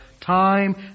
time